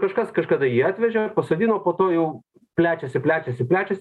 kažkas kažkada jį atvežė pasodino po to jau plečiasi plečiasi plečiasi